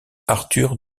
arthur